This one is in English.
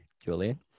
Julian